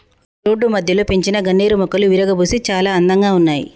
road మధ్యలో పెంచిన గన్నేరు మొక్కలు విరగబూసి చాలా అందంగా ఉన్నాయి